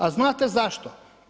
A znate zašto?